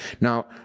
Now